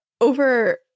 Over